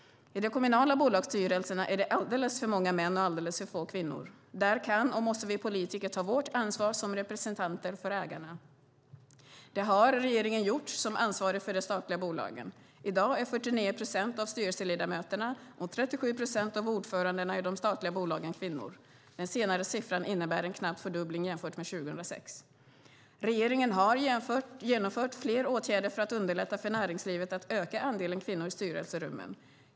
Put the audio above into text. I de kommunala bolagsstyrelserna är det alldeles för många män och alldeles för få kvinnor. Där kan och måste vi politiker ta vårt ansvar som representanter för ägarna. Det har regeringen gjort som ansvarig för de statliga bolagen. I dag är 49 procent av styrelseledamöterna och 37 procent av ordförandena i de statliga bolagen kvinnor. Den senare siffran innebär en knapp fördubbling jämfört med 2006. Regeringen har genomfört flera åtgärder för att underlätta för näringslivet att öka andelen kvinnor i styrelserummen.